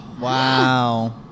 Wow